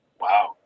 Wow